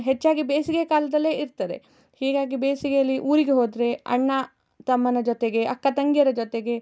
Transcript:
ಹೆಚ್ಚಾಗಿ ಬೇಸಿಗೆ ಕಾಲದಲ್ಲೇ ಇರ್ತದೆ ಹೀಗಾಗಿ ಬೇಸಿಗೆಯಲ್ಲಿ ಊರಿಗೆ ಹೋದರೆ ಅಣ್ಣ ತಮ್ಮನ ಜೊತೆಗೆ ಅಕ್ಕ ತಂಗಿಯರ ಜೊತೆಗೆ